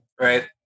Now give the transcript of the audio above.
right